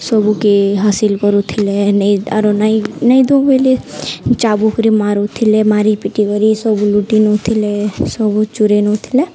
ସବୁକେ ହାସିଲ କରୁଥିଲେ ନେଇ ଆରୁ ନାଇଁ ନାଇଁ ଦେଉ ବୋଲେ ଚାବୁକରେ ମାରୁୁଥିଲେ ମାରି ପିଟି କରି ସବୁ ଲୁଟି ନେଉଥିଲେ ସବୁ ଚୂରେଇ ନେଉଥିଲେ